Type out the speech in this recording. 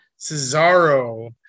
Cesaro